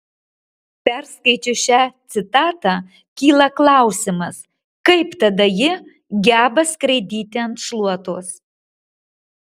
perskaičius šią citatą kyla klausimas kaip tada ji geba skraidyti ant šluotos